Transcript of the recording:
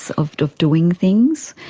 of of doing things.